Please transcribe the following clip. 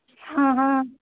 हँ हँ